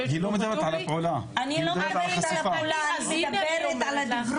מדברת על הפעולה, היא מדברת על החשיפה.